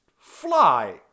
fly